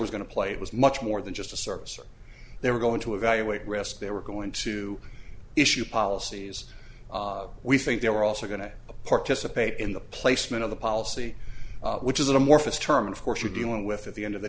was going to play it was much more than just a service or they were going to evaluate risk they were going to issue policies we think they were also going to participate in the placement of the policy which is an amorphous term of course you're dealing with at the end of the